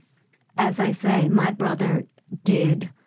as i say, my brother did